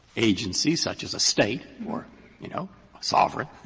agency, such as a state or you know sovereign,